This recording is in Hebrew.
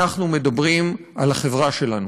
אנחנו מדברים על החברה שלנו.